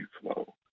flow